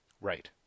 Right